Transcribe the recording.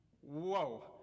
Whoa